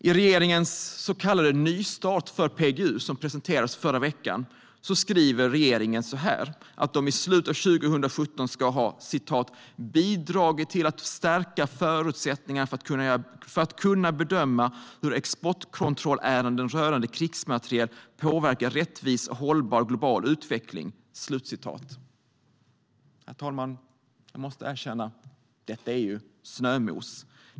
I regeringens så kallade nystart för PGU, som presenterades förra veckan, skriver regeringen att de i slutet av 2017 ska ha "bidragit till att stärka förutsättningarna för att kunna bedöma hur exportkontrollärenden rörande krigsmateriel påverkar rättvis och hållbar global utveckling". Herr talman! Detta är snömos.